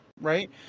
right